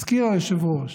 הזכיר היושב-ראש,